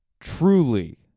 Truly